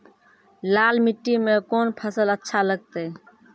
लाल मिट्टी मे कोंन फसल अच्छा लगते?